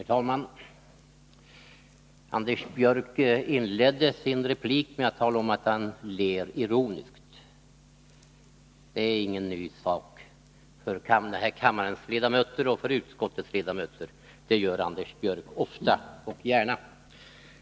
Herr talman! Anders Björck inledde sin replik med att tala om, att han ler ironiskt. Det är ingen ny sak för den här kammarens ledamöter och för utskottets ledamöter — det gör Anders Björck ofta och gärna.